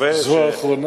זו האחרונה?